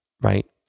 right